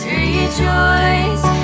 rejoice